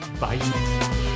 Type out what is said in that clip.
Bye